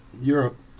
Europe